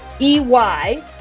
E-Y